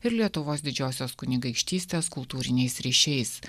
ir lietuvos didžiosios kunigaikštystės kultūriniais ryšiais